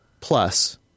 plus